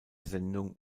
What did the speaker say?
sendung